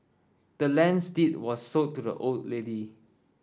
the land's deed was sold to the old lady